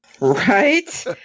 Right